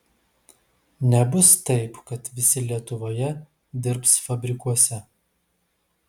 nebus taip kad visi lietuvoje dirbs fabrikuose